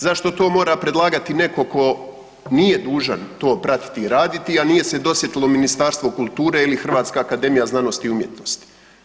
Zašto to mora predlagati netko tko nije dužan to pratiti i raditi, a nije se dosjetilo Ministarstvo kulture ili Hrvatska akademija znanosti i umjetnosti?